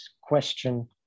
question